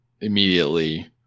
immediately